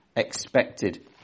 expected